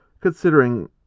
considering